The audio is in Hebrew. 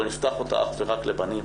אבל נפתח אותה אך ורק לבנים